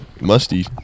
Musty